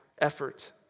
effort